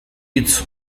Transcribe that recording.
hitz